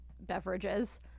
beverages